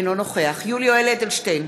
אינו נוכח יולי יואל אדלשטיין,